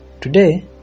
today